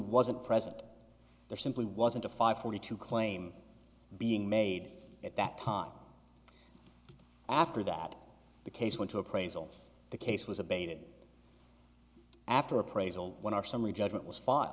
wasn't present there simply wasn't a five forty two claim being made at that time after that the case went to appraisal the case was abated after appraisal when our summary judgment was fi